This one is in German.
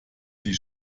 sie